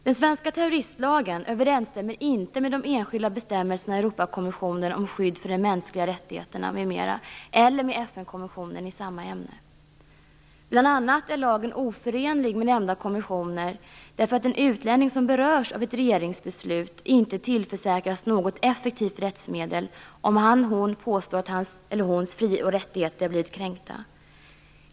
Den svenska terroristlagen överensstämmer inte med de enskilda bestämmelserna i Europakonventionen om skydd för de mänskliga rättigheterna m.m. eller med FN-konventionen i samma ämne. Bl.a. är lagen oförenlig med nämnda konventioner därför att den utlänning som berörs av ett regeringsbeslut inte tillförsäkras något effektivt rättsmedel, om han eller hon påstår att hans eller hennes fri och rättigheter har blivit kränkta.